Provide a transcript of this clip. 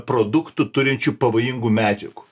produktų turinčių pavojingų medžiagų